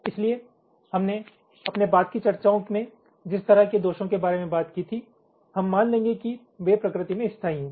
इसलिए हमने अपने बाद की चर्चाओं में जिस तरह के दोषों के बारे में बात की थी हम मान लेंगे कि वे प्रकृति में स्थायी हैं